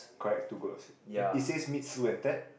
correct two goats it says meet Sue and Ted